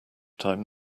time